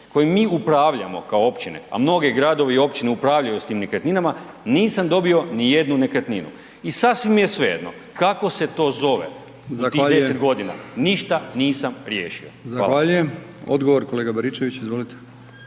kojim mi upravljamo kao općine a mnogi gradovi i općine upravljaju sa tim nekretninama nisam dobio ni jednu nekretninu. I sasvim je svejedno kako se to zove, u tih 10 godina, ništa nisam riješio.